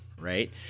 right